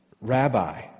Rabbi